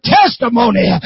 testimony